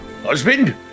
Husband